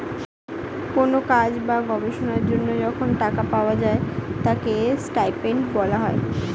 কোন কাজ বা গবেষণার জন্য যখন টাকা পাওয়া যায় তাকে স্টাইপেন্ড বলা হয়